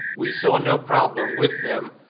we saw no problem with them,